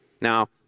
Now